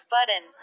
Button